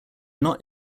not